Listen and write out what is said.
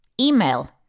Email